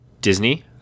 Disney